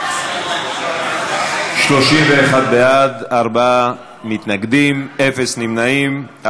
קצין מוסמך לעניין גופים המנויים בתוספת הרביעית),